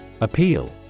Appeal